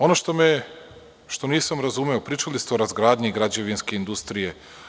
Ono što nisam razumeo pričali ste o razgradnji građevinske industrije.